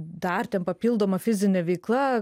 dar ten papildoma fizine veikla